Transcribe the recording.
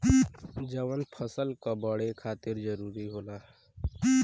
जवन फसल क बड़े खातिर जरूरी होला